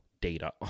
data